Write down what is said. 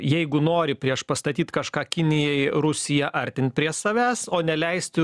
jeigu nori priešpastatyt kažką kinijai rusiją artint prie savęs o neleisti